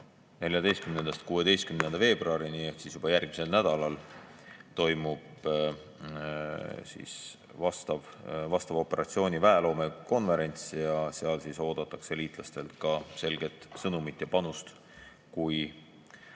14.–16. veebruarini ehk siis juba järgmisel nädalal toimub vastava operatsiooni väeloome konverents ja seal oodatakse liitlastelt ka selget sõnumit, kui